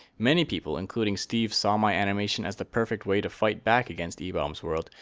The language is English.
many people including steve saw my animation as the perfect way to fight back against ebaum's world,